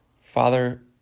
Father